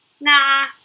nah